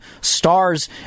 stars